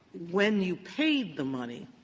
when you paid the money,